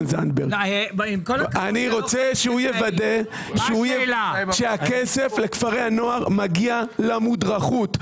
אני רוצה שהוא יוודא שהכסף לכפרי הנוער מגיע למודרכות.